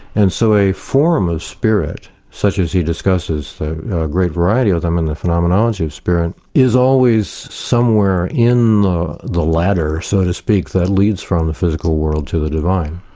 and so a form of spirit, such as he discusses a great variety of them in the phenomenology of spirit, is always somewhere in the ladder, so to speak, that leads from the physical world to the divine.